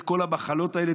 את כל המחלות האלה,